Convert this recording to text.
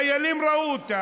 חיילים ראו אותה,